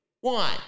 one